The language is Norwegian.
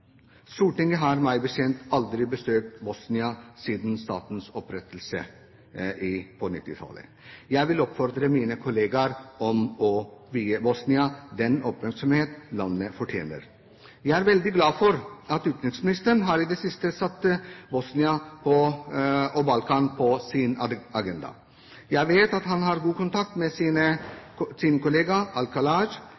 Stortinget har meg bekjent aldri besøkt Bosnia siden statens opprettelse på 1990-tallet. Jeg vil oppfordre mine kollegaer om å vie Bosnia den oppmerksomhet landet fortjener. Jeg er veldig glad for at utenriksministeren i det siste har satt Bosnia og Balkan på sin agenda. Jeg vet at han har god kontakt med